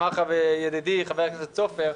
אמר ידידי חבר הכנסת סופר,